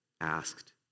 asked